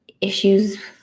issues